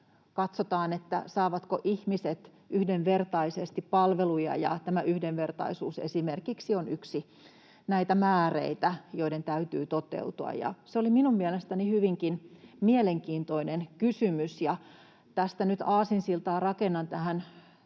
katsotaan, saavatko ihmiset yhdenvertaisesti palveluja. Tämä yhdenvertaisuus esimerkiksi on yksi näistä määreistä, joiden täytyy toteutua. Se oli minun mielestäni hyvinkin mielenkiintoinen kysymys, ja tästä nyt aasinsiltaa rakennan tähän